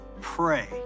pray